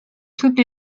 toutes